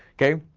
okay?